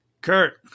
Kurt